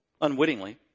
Unwittingly